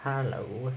哈喽